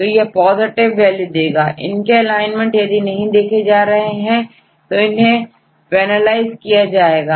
तो यह positive value देगा और इनके एलाइनमेंट यदि नहीं देखे जा रहे हैं तो इन्हें PENALIZE किया जाता है